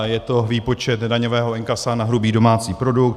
Je to výpočet daňového inkasa na hrubý domácí produkt.